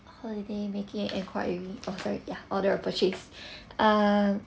holiday making enquiry order ya order a purchase uh